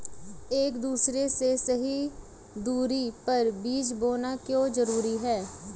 एक दूसरे से सही दूरी पर बीज बोना क्यों जरूरी है?